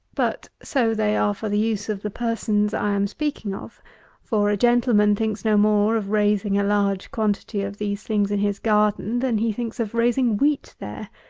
but, so they are for the use of the persons i am speaking of for a gentleman thinks no more of raising a large quantity of these things in his garden, than he thinks of raising wheat there.